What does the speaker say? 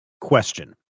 question